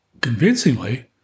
convincingly